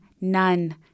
none